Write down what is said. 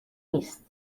نیست